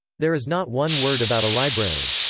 there is not one word about a library.